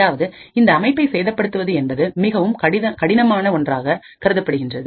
அதாவது இந்த அமைப்பை சேதப்படுத்துவது என்பது மிகவும் கடினமான ஒன்றாக கருதப்படுகின்றது